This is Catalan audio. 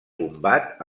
combat